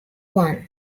one